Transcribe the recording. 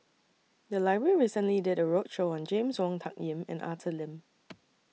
The Library recently did A roadshow on James Wong Tuck Yim and Arthur Lim